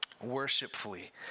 worshipfully